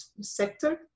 sector